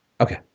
Okay